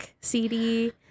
CD